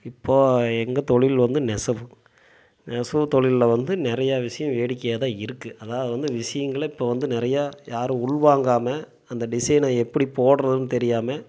இப்போது எங்கள் தொழில் வந்து நெசவு நெசவு தொழில்ல வந்து நிறையா விஷயம் வேடிக்கையாகதான் இருக்குது அதாவது வந்து விஷயங்கள இப்போ வந்து நிறையா யாரும் உள்வாங்காமல் அந்த டிசைனை எப்படி போடுகிறதுன்னு தெரியாமல்